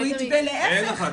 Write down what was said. כי אין החלטה.